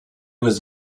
was